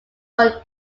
rural